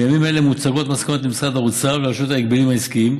ובימים אלה מוצגות המסקנות למשרד האוצר ולרשות ההגבלים העסקיים.